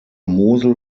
mosel